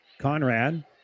Conrad